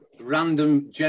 random